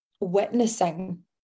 witnessing